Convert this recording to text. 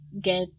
get